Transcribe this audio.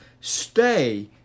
stay